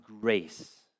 grace